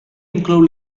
inclou